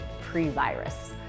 pre-virus